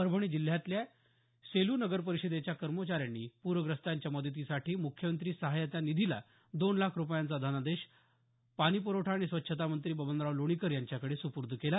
परभणी जिल्ह्यातल्या सेलू नगरपरिषदेच्या कर्मचाऱ्यांनी पूरग्रस्तांच्या मदतीसाठी मुख्यमंत्री सहाय्यता निधीला दोन लाख रूपयांचा धनादेश पाणीप्रवठा आणि स्वच्छता मंत्री बबनराव लोणीकर यांच्याकडे सुपूर्द केला